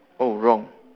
oh wrong